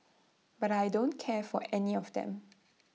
but I don't care for any of them